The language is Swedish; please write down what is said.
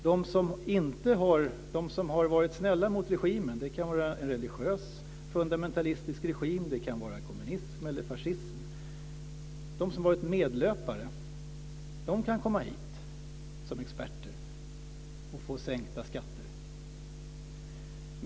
De som har varit snälla mot regimen, de som varit medlöpare - det kan vara en religiöst fundamentalistisk regim, det kan vara kommunism eller fascism - kan komma hit som experter och få sänkta skatter.